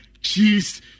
cheese